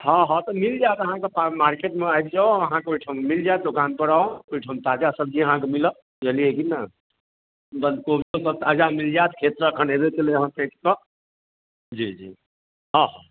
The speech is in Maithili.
हँ हँ तऽ मिल जायत अहाँक पा मार्केटमे आबि जाउ अहाँक ओहिठाम मिल जायत दोकान पर आउ ओहिठुम ताजा सब्जी अहाँक मिलत बुझलियै कि ने बन्धकोबियो सभ ताजा मिल जायत खेतसँ एखन एबे कयलै हँ खेतसँ जी जी हँ हँ